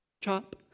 chop